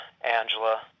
Angela